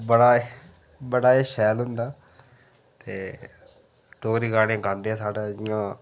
ओह् बड़ा बड़ा शैल हुंदा ते डोगरी गाने गांदे साढ़े इटयां